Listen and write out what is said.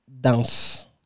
dance